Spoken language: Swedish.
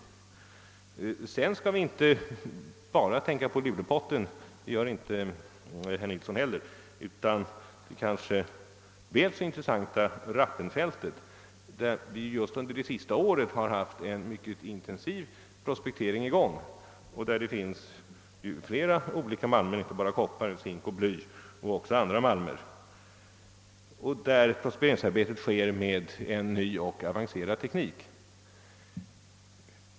Vi skall dessutom inte bara tänka på Lulepotten — och det gör ju inte heller herr Nilsson — utan även på det väl så intressanta Rappenfältet, där vi just under det senaste året bedrivit en intensiv prospekteringsverksamhet. Där finns flera olika malmer; förutom koppar även zink, bly och andra malmer. Detta prospekteringsarbete bedrivs med en ny och avancerad teknik.